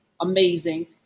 Amazing